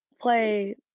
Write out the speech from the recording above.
play